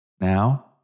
Now